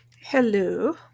Hello